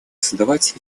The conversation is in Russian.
создавать